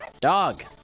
Dog